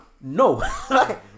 no